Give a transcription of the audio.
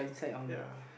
ya